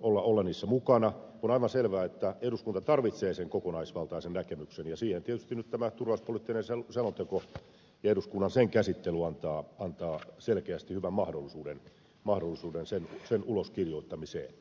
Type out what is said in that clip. olla mukana on aivan selvää että eduskunta tarvitsee sen kokonaisvaltaisen näkemyksen ja siihen tietysti nyt tämä turvallisuuspoliittinen selonteko ja sen eduskuntakäsittely antaa selkeästi hyvän mahdollisuuden sen ulos kirjoittamiseen